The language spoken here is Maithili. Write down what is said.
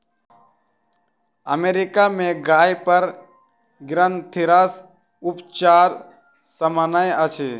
अमेरिका में गाय पर ग्रंथिरस उपचार सामन्य अछि